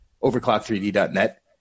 Overclock3D.net